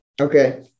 okay